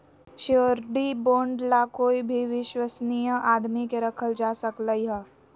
surety bond ला कोई भी विश्वस्नीय आदमी के रखल जा सकलई ह